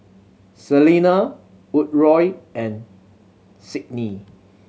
Selena Woodroe and Sydnee